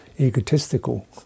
egotistical